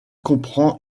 comprend